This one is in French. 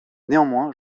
néanmoins